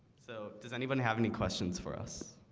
so does anybody have any questions for us?